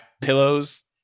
pillows